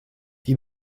die